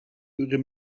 ihrem